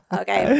okay